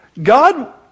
God